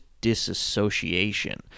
disassociation